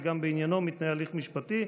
שגם בעניינו מתנהל הליך משפטי,